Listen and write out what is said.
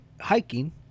hiking